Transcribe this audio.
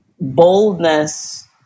boldness